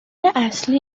اصلی